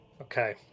Okay